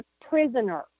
prisoner